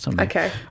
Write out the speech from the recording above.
Okay